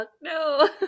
no